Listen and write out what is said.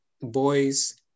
Boys